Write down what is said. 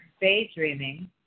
daydreaming